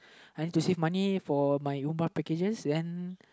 trying to save money for my umrah packages and